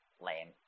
lame